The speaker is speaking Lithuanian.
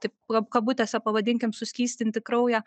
taip kabutėse pavadinkim suskystinti kraują